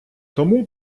тому